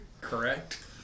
correct